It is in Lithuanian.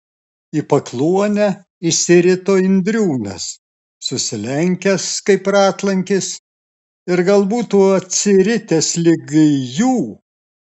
į pakluonę išsirito indriūnas susilenkęs kaip ratlankis ir gal būtų atsiritęs ligi jų